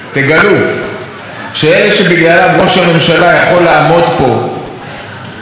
תגלו שאלה שבגללם ראש הממשלה יכול לעמוד פה ולהתפאר